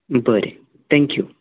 बरें thank you